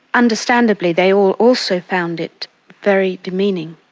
understandably, they all also found it very demeaning.